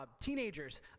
teenagers